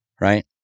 right